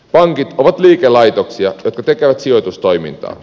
pankit ovat liikelaitoksia jotka tekevät sijoitustoimintaa